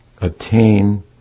attain